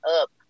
up